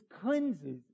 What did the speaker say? cleanses